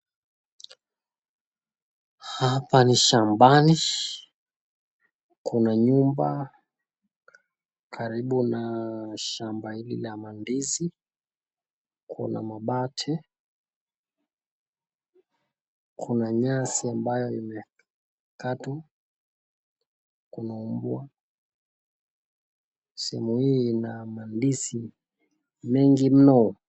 Hapa ni shambani. Kuna nyumba karibu na shamba ingine ya mandizi, kuna mabati, kuna nyasi ambayo imekatwa kuna mbwa. Sehemu hii ina mandizi mengi mno